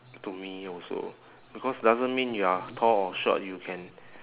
to me also because doesn't mean you are tall or short you can